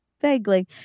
Vaguely